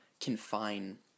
confine